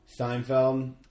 Seinfeld